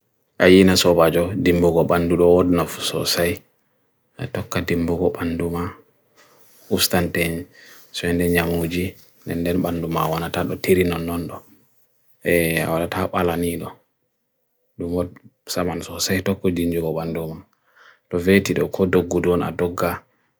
Ayina soba jo dimbogo bandu do odun of sosai, toka dimbogo bandu ma, ustan ten suyende nyamuji, nende bandu ma wanata do tiri nondondo, wanata ap ala nino, dumod saban sosai toku din jogo bandu ma, doveti do kodoku do na doga.